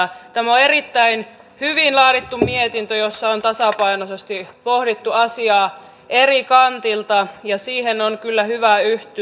tämä on erittäin hyvin laadittu mietintö jossa on tasapainoisesti pohdittu asiaa eri kanteilta ja siihen on kyllä hyvä yhtyä